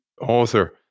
Author